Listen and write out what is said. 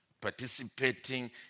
participating